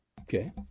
Okay